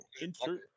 insert